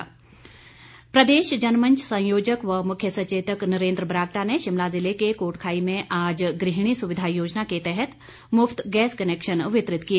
बरागटा प्रदेश जनमंच संयोजक व मुख्य सचेतक नरेंद्र बरागटा ने शिमला जिले के कोटखाई में आज गृहणी सुविधा योजना के तहत मुफ्त गैस कनेक्शन वितरित किए